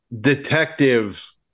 detective